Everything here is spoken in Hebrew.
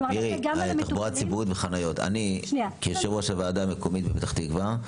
לגבי תחבורה ציבורית וחניות אני כיושב-ראש הוועדה המקומית בפתח תקוה,